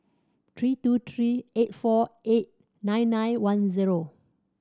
three two three eight four eight nine nine one zero